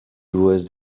was